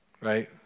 right